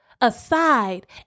aside